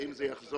ואם זה יחזור,